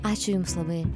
ačiū jums labai